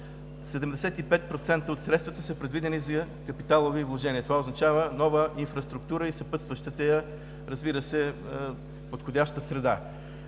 75% от средствата са предвидени за капиталови вложения. Това означава нова инфраструктура и съпътстващата я подходяща среда.